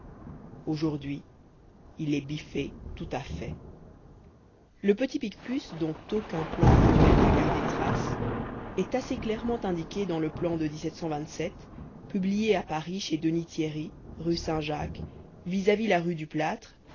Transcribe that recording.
aujourd'hui il est biffé tout à fait le petit picpus dont aucun plan actuel n'a gardé trace est assez clairement indiqué dans le plan de publié à paris chez denis thierry rue saint-jacques vis-à-vis la rue du plâtre